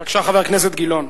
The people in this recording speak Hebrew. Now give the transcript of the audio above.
בבקשה, חבר הכנסת גילאון.